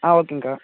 ஆ ஓகேங்கக்கா